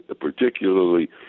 particularly